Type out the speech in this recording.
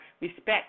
respect